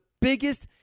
biggest